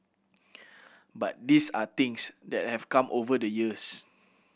but these are things that have come over the years